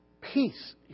peace